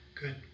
good